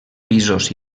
pisos